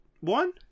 one